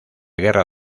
guerra